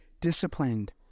disciplined